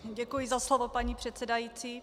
Děkuji za slovo, paní předsedající.